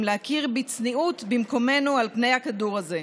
להכיר בצניעות במקומנו על פני הכדור הזה.